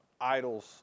idols